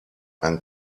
and